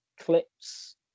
clips